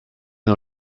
non